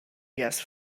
gas